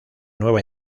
nueva